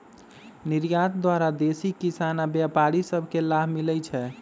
निर्यात द्वारा देसी किसान आऽ व्यापारि सभ के लाभ मिलइ छै